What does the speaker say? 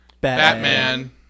Batman